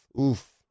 Oof